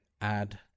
add